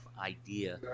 idea